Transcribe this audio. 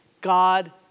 God